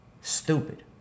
stupid